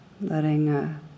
Letting